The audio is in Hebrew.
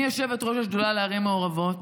אני יושבת-ראש השדולה לערים מעורבות,